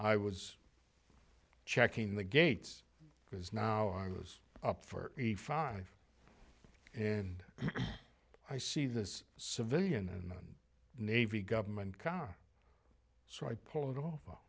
i was checking the gates because now i was up for a five and i see this civilian and navy government car so i pull it off